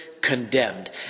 condemned